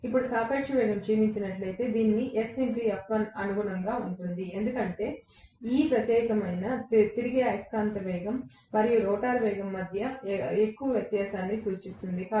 ఇప్పుడు సాపేక్ష వేగం క్షీణించినట్లయితే ఇది దీనికి అనుగుణంగా ఉంటుంది ఎందుకంటే ఈ ప్రత్యేకమైన తిరిగే అయస్కాంత వేగం మరియు రోటర్ వేగం మధ్య వేగం యొక్క వ్యత్యాసాన్ని సూచిస్తుంది